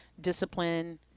discipline